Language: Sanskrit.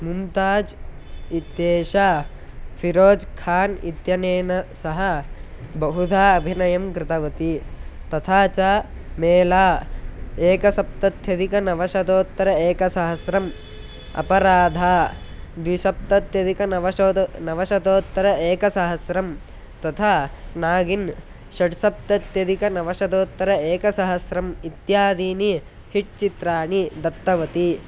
मुम्ताज् इत्येषा फ़िरोज् खान् इत्यनेन सह बहुधा अभिनयं कृतवती तथा च मेला एकसप्तत्यधिकनवशतोत्तर एकसहस्रम् अपराधा द्विसप्तत्यधिकनवशतं नवशतोत्तर एकसहस्रं तथा नागिन् षड्सप्तत्यधिकनवशतोत्तर एकसहस्रम् इत्यादीनि हिट् चित्राणि दत्तवती